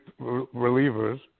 relievers